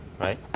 right